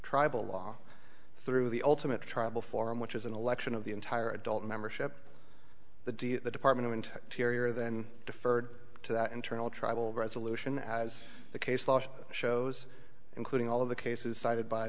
tribal law through the ultimate tribal forum which is an election of the entire adult membership the dea the department of interior then deferred to that internal tribal resolution as the case law shows including all of the cases cited by